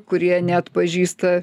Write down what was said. kurie neatpažįsta